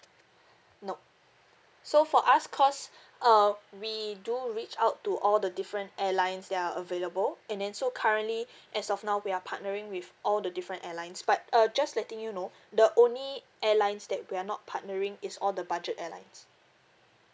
nop so for us because uh we do reach out to all the different airlines that are available and then so currently as of now we are partnering with all the different airlines but uh just letting you know the only airlines that we are not partnering is all the budget airlines